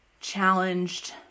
challenged